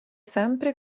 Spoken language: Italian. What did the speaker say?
sempre